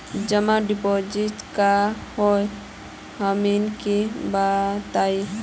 जमा डिपोजिट का हे हमनी के बताई?